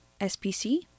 SPC